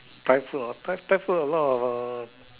Thai food ah Thai food a lot of uh